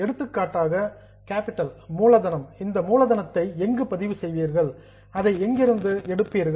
எடுத்துக்காட்டாக கேப்பிட்டல் மூலதனம் இந்த மூலதனத்தை எங்கு பதிவு செய்வீர்கள் அதை எங்கிருந்து எடுப்பீர்கள்